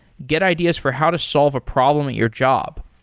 get ideas for how to solve a problem at your job.